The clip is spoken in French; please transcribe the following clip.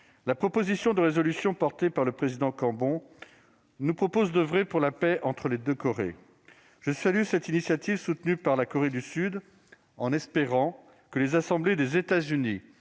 La proposition de résolution de Christian Cambon nous engage à oeuvrer pour la paix entre les deux Corées. Je salue cette initiative, soutenue par la Corée du Sud, en espérant que les assemblées des États-Unis,